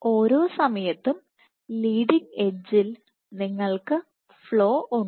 ഓരോ സമയത്തും ലീഡിങ് എഡ്ജിൽ നിങ്ങൾക്ക് ഫ്ലോ ഉണ്ട്